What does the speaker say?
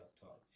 talk